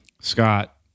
Scott